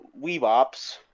weebops